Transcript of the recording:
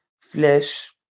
flesh